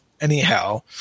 anyhow